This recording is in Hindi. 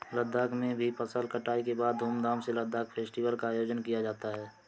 लद्दाख में भी फसल कटाई के बाद धूमधाम से लद्दाख फेस्टिवल का आयोजन किया जाता है